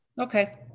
Okay